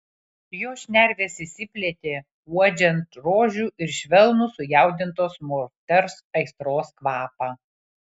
jo šnervės išsiplėtė uodžiant rožių ir švelnų sujaudintos moters aistros kvapą